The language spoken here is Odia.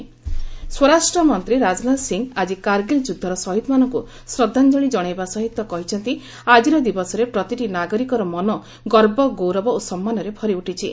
ରାଜନାଥ ସ୍ୱରାଷ୍ଟ୍ରମନ୍ତ୍ରୀ ରାଜନାଥ ସିଂ ଆଜି କାରଗିଲ୍ ଯୁଦ୍ଧର ଶହୀଦମାନଙ୍କୁ ଶ୍ରଦ୍ଧାଞ୍ଜଳୀ ଜଣାଇବା ସହିତ କହିଛନ୍ତି ଆଜିର ଦିବସରେ ପ୍ରତିଟି ନାଗରିକର ମନ ଗବ ଗୌରବ ଓ ସମ୍ମାନରେ ଭରି ଉଠିଛି